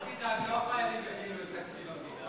אל תדאג, לא החיילים יפילו את תקציב המדינה.